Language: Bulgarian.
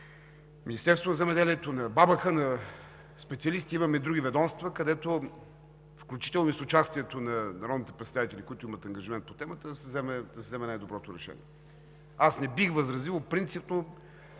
Министерството на земеделието, на БАБХ, на специалисти, които имаме в други ведомства, където, включително и с участието на народните представители, които имат ангажимент по темата, да се вземе най-доброто решение. Аз не бих възразил принципно,